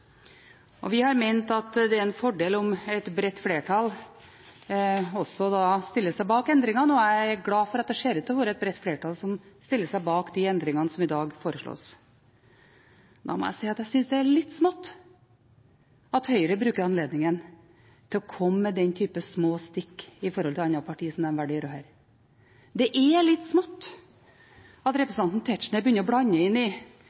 Vi har ment at det er en fordel om et bredt flertall stiller seg bak endringene, og jeg er glad for at det ser ut til å være et bredt flertall som stiller seg bak de endringene som i dag foreslås. Da må jeg si at jeg syns det er litt smålig at Høyre bruker anledningen til å komme med den typen små stikk til andre partier som de velger å gjøre her. Det er litt smålig at representanten Tetzschner begynner å blande inn forliket om de 8 000 kvoteflyktningene i FN-regi – ikke asylsøkerne, men kvoteflyktningene i